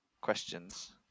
questions